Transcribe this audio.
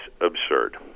absurd